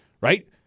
right